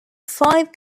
five